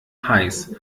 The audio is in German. heiß